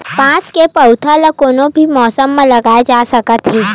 बांस के पउधा ल कोनो भी मउसम म लगाए जा सकत हे